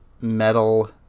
metal